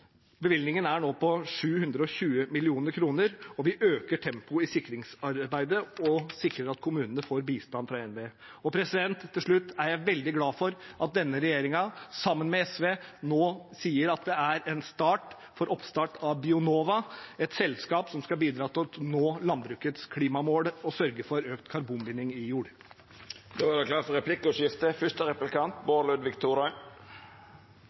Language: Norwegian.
Bevilgningen er nå på 720 mill. kr, og vi øker tempoet i sikringsarbeidet og sikrer at kommunene får bistand fra NVE. Til slutt: Jeg er veldig glad for at denne regjeringen, sammen med SV, nå sier at det er klart for oppstart av Bionova, et selskap som skal bidra til at landbruket når sine klimamål og sørge for økt karbonbinding i jord. Det vert replikkordskifte.